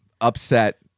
upset